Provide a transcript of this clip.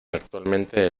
actualmente